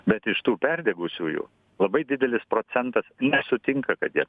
bet iš tų perdegusiųjų labai didelis procentas nesutinka kad jie